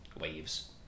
waves